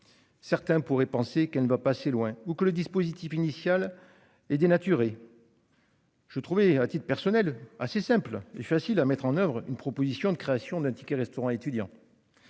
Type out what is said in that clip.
Certains pourraient penser qu'elle ne va pas assez loin, ou que le dispositif initial et dénaturé. Je trouvais un titre personnel assez simple et facile à mettre en oeuvre une proposition de création d'un ticket-restaurant étudiant.